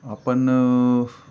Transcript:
आपण